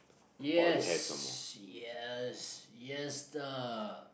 yes yes yes ah